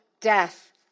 death